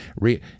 re